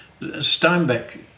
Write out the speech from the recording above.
Steinbeck